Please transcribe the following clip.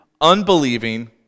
unbelieving